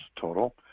total